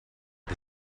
wir